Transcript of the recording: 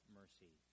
mercy